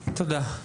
תודה.